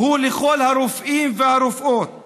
הוא כל הרופאים והרופאות